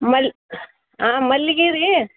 ಮಲ್ ಮಲ್ಲಿಗೆ ರೀ